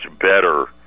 better